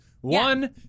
One